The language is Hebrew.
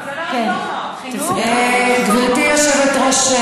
גברתי היושבת-ראש,